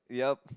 yup